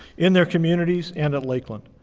in their communities, and at lakeland.